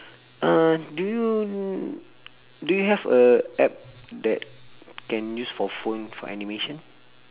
uh do you do you have a app that can use for phone for animation